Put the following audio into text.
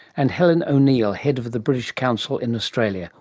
and helen o'neil, head of the british council in australia,